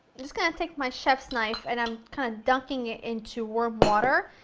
just going to take my chef's knife and i'm kind of dunking it into warm water,